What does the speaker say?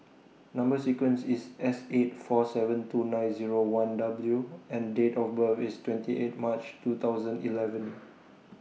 Number sequence IS S eight four seven two nine Zero one W and Date of birth IS twenty eight March two thousand eleven